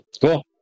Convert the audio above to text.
cool